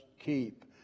keep